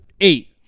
eight